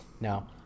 No